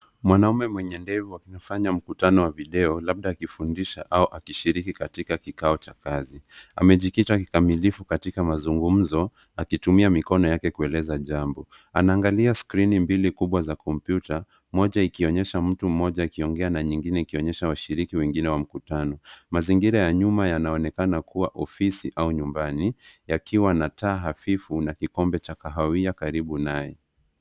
Mwanaume mwenye ndevu amefanya mkutano wa video labda akifundisha au akishiriki katika kikao cha kazi, amejikita kikamilifu katika mazungumzo akitumia mikono yake kueleza jambo anaangalia skrini mbili kubwa za kompyuta moja ikionyesha mtu mmoja akiongea na nyingine ikionyesha washiriki wengine wa mkutano ,mazingira ya nyuma yanaonekana kuwa ofisi au nyumbani yakiwa na taa hafifu na kikombe cha kahawia karibu.